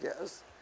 yes